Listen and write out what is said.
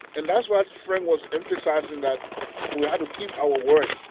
and that's why frank was emphasizing that we had to keep our word.